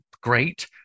great